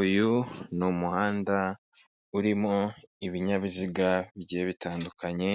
Uyu ni umuhanda urimo ibinyabiziga bigiye bitandukanye,